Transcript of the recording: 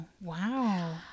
Wow